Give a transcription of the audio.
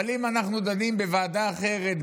אבל אם אנחנו דנים בוועדה אחרת,